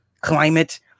climate